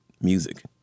music